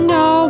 no